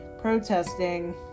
protesting